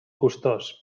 costós